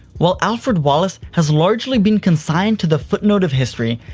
while alfrud wallace has largely been consigned to the footnote of history,